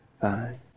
five